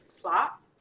plot